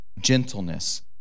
gentleness